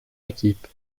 équipe